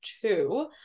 two